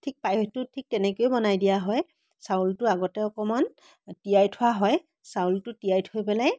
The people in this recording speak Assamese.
ঠিক পায়সটো ঠিক তেনেকৈয়ে বনাই দিয়া হয় চাউলটো আগতে অকণমান তিয়াই থোৱা হয় চাউলটো তিয়াই থৈ পেলাই